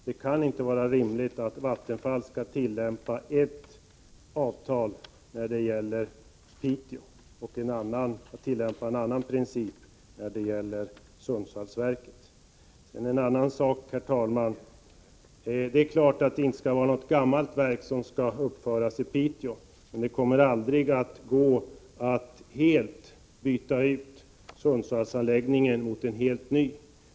Det kan inte vara rimligt att Vattenfall skall tillämpa en princip när det gäller Piteå och en annan när det gäller Sundsvallsverket. Herr talman! Det är klart att något gammalt verk inte skall uppföras i Piteå, men det kommer aldrig att gå att helt byta ut Sundsvallsanläggningen mot en helt ny.